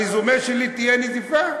ברזומה שלי תהיה נזיפה?